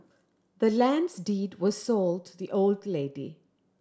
the land's deed was sold to the old lady